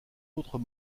autres